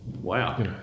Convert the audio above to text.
Wow